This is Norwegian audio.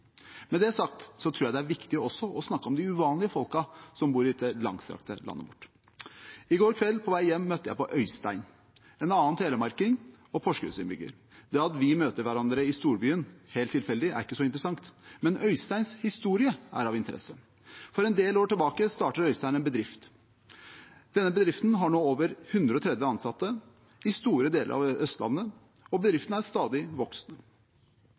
Med det sagt tror jeg det er viktig også å snakke om de uvanlige folka som bor i det langstrakte landet vårt. I går kveld på vei hjem møtte jeg på Øystein, en annen telemarking og porsgrunning. Det at vi møter hverandre i storbyen helt tilfeldig, er ikke så interessant, men Øysteins historie er av interesse. For en del år tilbake startet Øystein en bedrift. Denne bedriften har nå over 130 ansatte i store deler av Østlandet, og bedriften er stadig